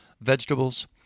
vegetables